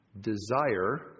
desire